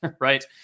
right